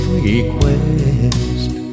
request